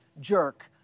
jerk